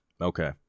Okay